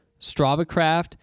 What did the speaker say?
StravaCraft